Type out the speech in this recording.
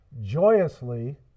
joyously